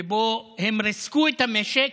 שבו הם ריסקו את המשק,